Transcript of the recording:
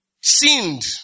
sinned